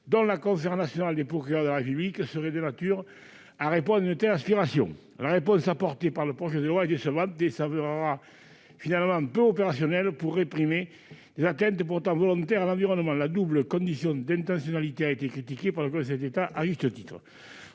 dont la Conférence nationale des procureurs de la République, serait de nature à répondre à une telle aspiration. » La réponse apportée par le projet de loi est décevante et s'avérera finalement peu opérationnelle pour réprimer des atteintes pourtant volontaires à l'environnement. La double condition d'intentionnalité a été critiquée par le Conseil d'État à juste titre.